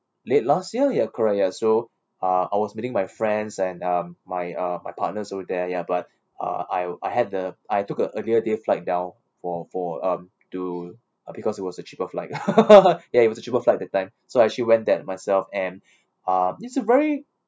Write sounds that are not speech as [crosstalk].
late last year ya correct ya so uh I was meeting my friends and um my uh my partners over there ya but uh I'll I had the I took a earlier day flight down for for um to uh because it was a cheaper flight [laughs] ya it was a cheaper flight that time so I actually went there myself and uh it's a very